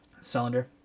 cylinder